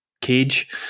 cage